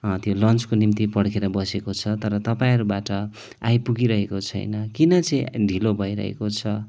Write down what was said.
त्यो लन्चको निम्ति पर्खेर बसेको छ तर तपाईँहरूबाट आइपुगिरहेको छैन किन चाहिँ ढिलो भइरहेको छ